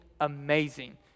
amazing